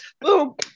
boom